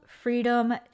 Freedom